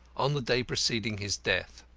on the day preceding his death.